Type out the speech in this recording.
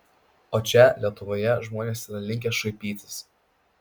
o čia lietuvoje žmonės yra linkę šaipytis